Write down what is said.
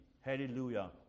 Hallelujah